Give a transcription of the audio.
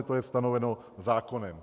To je stanoveno zákonem.